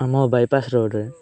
ଆମ ବାଇପାସ୍ ରୋଡ଼ରେ